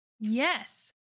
Yes